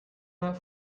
that